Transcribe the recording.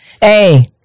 Hey